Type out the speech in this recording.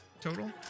Total